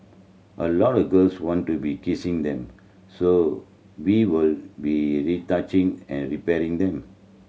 a lot of girls want to be kissing them so we will be retouching and repairing them